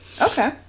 Okay